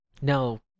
no